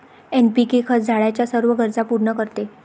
NPK खत झाडाच्या सर्व गरजा पूर्ण करते